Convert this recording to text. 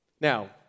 Now